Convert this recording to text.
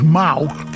mouth